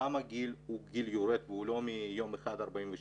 למה הגיל הוא גיל יורד והוא לא יום אחד מ-43?